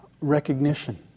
recognition